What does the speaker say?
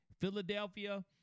Philadelphia